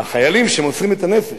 שהחיילים שמוסרים את הנפש,